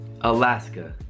Alaska